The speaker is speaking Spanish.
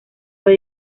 fue